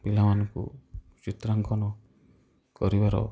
ପିଲାମାନଙ୍କୁ ଚିତ୍ରାଙ୍କନ କରିବାର